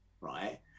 right